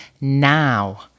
now